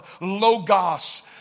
Logos